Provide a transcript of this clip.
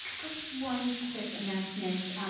just one quick announcement.